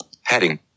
Heading